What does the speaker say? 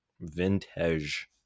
Vintage